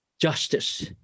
justice